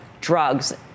drugs